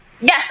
yes